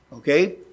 Okay